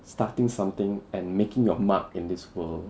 starting something and making your mark in this world